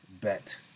bet